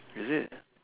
is it